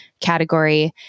category